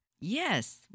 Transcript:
Yes